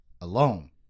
alone